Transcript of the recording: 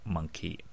monkey